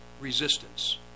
resistance